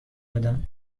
بدم